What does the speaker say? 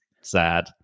sad